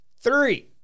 Three